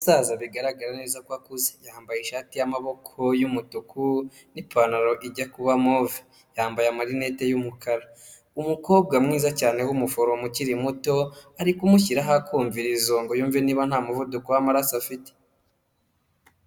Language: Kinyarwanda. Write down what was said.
Umusaza bigaragara neza ko akuze yambaye ishati y'amaboko y'umutuku n'ipantaro ijya kuba move, yambaye amarinete y'umukara, umukobwa mwiza cyane w'umuforomo ukiri muto ari kumushyiraho akumvirizo ngo yumve niba nta muvuduko w'amaraso afite.